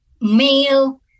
male